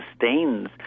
sustains